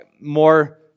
more